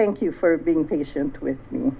thank you for being patient with me